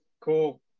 Cool